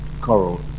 coral